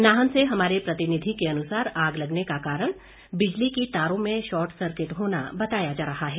नाहन से हमारे प्रतिनिधि के अनुसार आग लगने का कारण बिजली की तारों में शॉर्ट सर्किट होना बताया जा रहा है